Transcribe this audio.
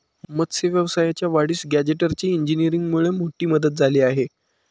मत्स्य व्यवसायाच्या वाढीस गॅजेटरी इंजिनीअरिंगमुळे मोठी मदत झाली आहे